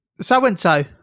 so-and-so